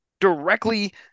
directly